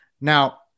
now